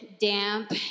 damp